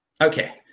Okay